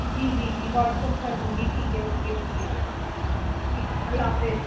جی جی جی WhatsApp کر دوں گی ٹھیک ہے اوکے اوکے اوکے اوکے ٹھیک ہے اللہ حافظ